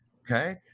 Okay